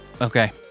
Okay